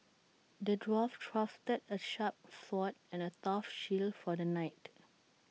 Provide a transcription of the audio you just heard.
the dwarf crafted A sharp sword and A tough shield for the knight